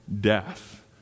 death